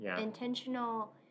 intentional